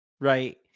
right